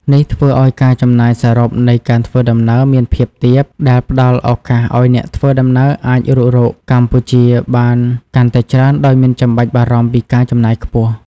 នេះធ្វើឱ្យការចំណាយសរុបនៃការធ្វើដំណើរមានភាពទាប ដែលផ្ដល់ឱកាសឱ្យអ្នកធ្វើដំណើរអាចរុករកកម្ពុជាបានកាន់តែច្រើនដោយមិនចាំបាច់បារម្ភពីការចំណាយខ្ពស់។